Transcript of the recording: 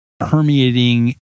permeating